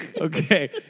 Okay